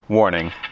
Warning